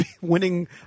winning